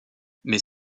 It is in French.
mais